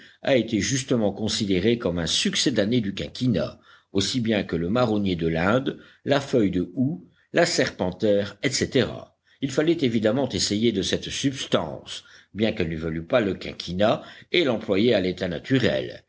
a été justement considérée comme un succédané du quinquina aussi bien que le marronnier de l'inde la feuille de houx la serpentaire etc il fallait évidemment essayer de cette substance bien qu'elle ne valût pas le quinquina et l'employer à l'état naturel